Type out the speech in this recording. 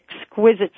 exquisite